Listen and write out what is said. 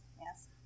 Yes